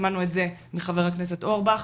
שמענו את זה מחבר הכנסת אורבך,